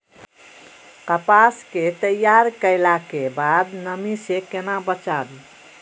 कपास के तैयार कैला कै बाद नमी से केना बचाबी?